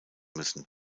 müssen